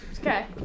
Okay